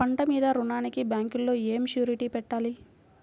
పంట మీద రుణానికి బ్యాంకులో ఏమి షూరిటీ పెట్టాలి?